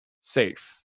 safe